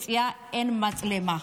בדלת היציאה אין מצלמה.